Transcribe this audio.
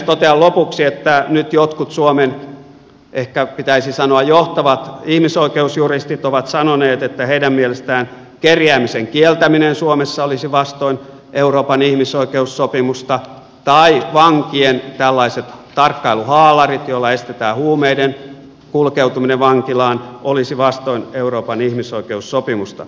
totean lopuksi että nyt jotkut suomen ehkä pitäisi sanoa johtavat ihmisoikeusjuristit ovat sanoneet että heidän mielestään kerjäämisen kieltäminen suomessa olisi vastoin euroopan ihmisoikeussopimusta tai vankien tarkkailuhaalarit joilla estetään huumeiden kulkeutuminen vankilaan olisivat vastoin euroopan ihmisoikeussopimusta